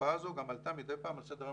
תופעה זו גם עלתה מדי פעם גם על סדר היום